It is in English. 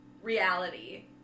reality